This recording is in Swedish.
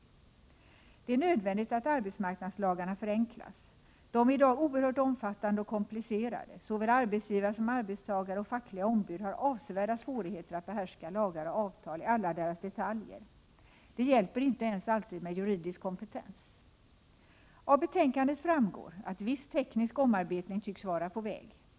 Det är nödvändigt att arbetsmarknadslagarna förenklas. De är i dag oerhört omfattande och komplicerade. Såväl arbetsgivare som arbetstagare och fackliga ombud har avsevärda svårigheter att behärska lagar och avtal i alla deras detaljer. Det hjälper inte ens alltid med juridisk kompetens. Av betänkandet framgår att viss teknisk omarbetning tycks vara på väg.